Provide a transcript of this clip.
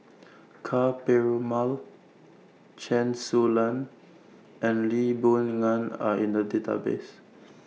Ka Perumal Chen Su Lan and Lee Boon Ngan Are in The Database